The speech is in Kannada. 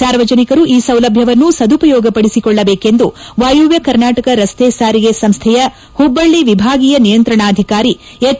ಸಾರ್ವಜನಿಕರು ಈ ಸೌಲಭ್ವವನ್ನು ಸದುಪಯೋಗಪಡಿಸಿಕೊಳ್ಳಬೇಕೆಂದು ವಾಯುವ್ನ ಕರ್ನಾಟಕ ರಸ್ತೆ ಸಾರಿಗೆ ಸಂಸ್ಥೆಯ ಹುಬ್ಬಳ್ಳಿ ವಿಭಾಗೀಯ ನಿಯಂತ್ರಣಾಧಿಕಾರಿ ಎಚ್